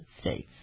states